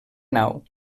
nau